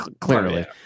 Clearly